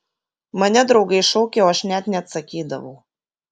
mane draugai šaukė o aš net neatsakydavau